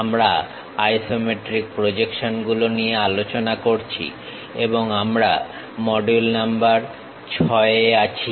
আমরা isometric projection গুলো নিয়ে আলোচনা করছি এবং আমরা মডিউল নাম্বার 6 এ আছি